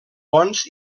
ponts